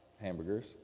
hamburgers